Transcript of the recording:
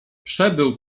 przebył